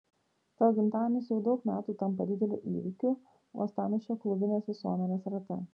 tavo gimtadienis jau daug metų tampa dideliu įvykiu uostamiesčio klubinės visuomenės rate